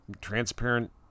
transparent